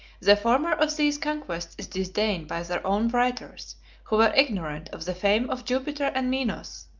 the former of these conquests is disdained by their own writers who were ignorant of the fame of jupiter and minos,